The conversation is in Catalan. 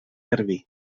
garbí